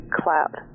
cloud